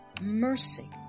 mercy